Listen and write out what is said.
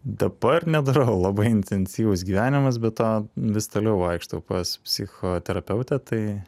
dabar nedarau labai intensyvus gyvenimas be to vis toliau vaikštau pas psichoterapeutę tai